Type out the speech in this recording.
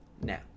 now